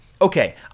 okay